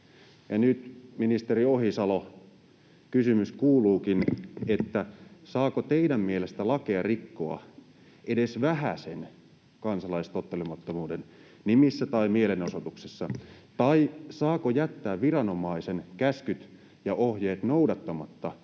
Nyt, ministeri Ohisalo, kysymys kuuluukin: saako teidän mielestänne lakeja rikkoa edes vähäsen kansalaistottelemattomuuden nimissä tai mielenosoituksissa tai saako jättää noudattamatta viranomaisen käskyjä ja ohjeita edes vähäsen